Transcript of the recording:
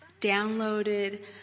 downloaded